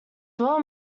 dwell